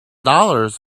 dollars